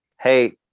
Hey